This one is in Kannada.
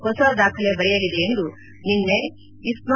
ಹೊಸ ದಾಖಲೆ ಬರೆಯಲಿದೆ ಎಂದು ನಿನ್ನೆ ಇಸ್ನಾ